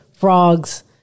Frogs